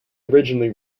originally